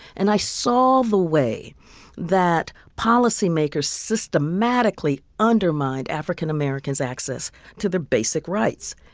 and i saw the way that policymakers systematically undermined african americans' access to their basic rights.